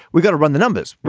we've got to run the numbers.